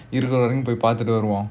பார்த்துட்டு வருவோம்:paarthuttu varuvom